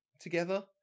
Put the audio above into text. together